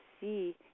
see